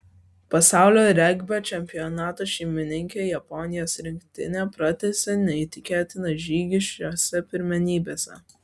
pasaulio regbio čempionato šeimininkė japonijos rinktinė pratęsė neįtikėtiną žygį šiose pirmenybėse